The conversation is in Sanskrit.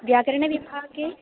व्याकरणविभागे